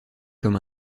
comme